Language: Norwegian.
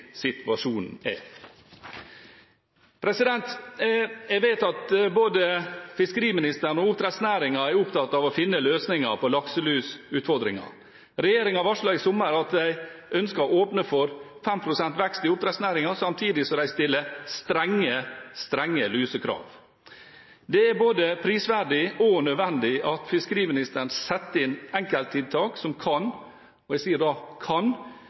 situasjonen er. Jeg vet at både fiskeriministeren og oppdrettsnæringen er opptatt av å finne løsninger på lakselusutfordringen. Regjeringen varslet i sommer at de ønsket å åpne for 5 pst. vekst i oppdrettsnæringen, samtidig som de stiller strenge, strenge lusekrav. Det er både prisverdig og nødvendig at fiskeriministeren setter inn enkelttiltak som kan – jeg sier kan